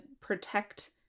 protect